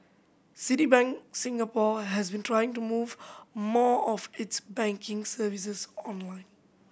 Citibank Singapore has been trying to move more of its banking services online